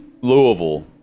Louisville